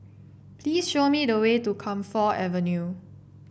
please show me the way to Camphor Avenue